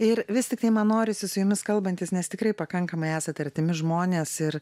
ir vis tiktai man norisi su jumis kalbantis nes tikrai pakankamai esate artimi žmonės ir